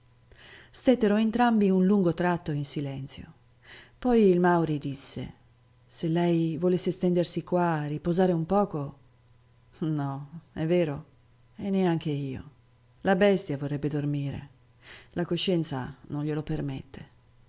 contento stettero entrambi un lungo tratto in silenzio poi il mauri disse se lei volesse stendersi qua a riposare un poco no è vero e neanche io la bestia vorrebbe dormire la coscienza non glielo permette